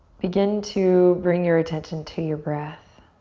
begin to bring your attention to your breath.